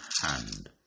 hand